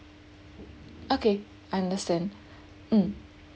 okay I understand mm